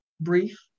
brief